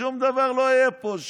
שום דבר לא יהיה פה,